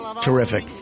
terrific